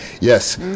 yes